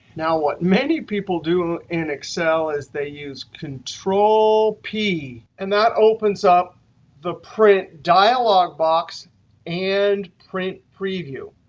now, what many people do in excel is they use control p. and that opens up the print dialog box and print preview.